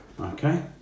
Okay